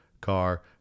car